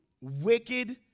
wicked